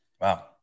wow